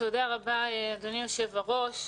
תודה רבה אדוני יושב-הראש.